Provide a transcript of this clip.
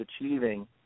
achieving